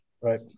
Right